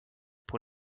pour